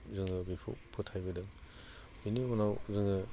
जोङो बेखौ फोथायबोदों बेनि उनाव जोङो